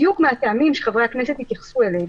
בדיוק מהטעמים שחברי הכנסת התייחסו אליהם.